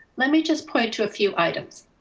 let me just point to a few items.